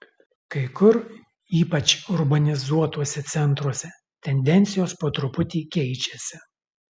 kai kur ypač urbanizuotuose centruose tendencijos po truputį keičiasi